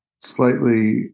slightly